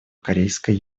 корейской